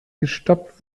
gestoppt